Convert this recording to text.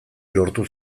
lortu